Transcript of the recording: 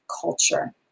culture